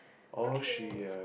okay